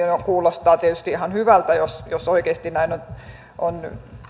kuulostaa tietysti ihan hyvältä jos jos oikeasti näin on